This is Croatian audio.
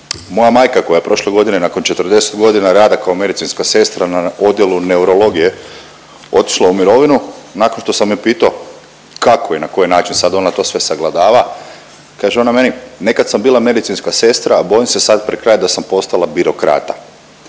moja majka koja je prošle godine nakon 40 godina rada kao medicinska sestra na odjelu neurologije otišla u mirovinu. Nakon što sam je pitao kako i na koji način sad ona to sve sagledava kaže ona meni nekad sam bila medicinska sestra, a bojim se sad pred kraj da sam postala birokrata.